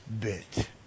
bit